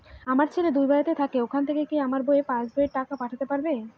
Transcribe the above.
আমার ছেলে দুবাইতে থাকে ওখান থেকে কি আমার পাসবইতে টাকা পাঠাতে পারবে?